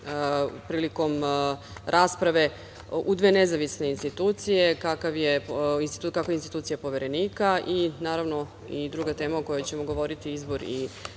prilikom rasprave u dve nezavisne institucije kakva je institucija Poverenika i naravno i druga tema o kojoj ćemo govoriti izbor